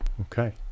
Okay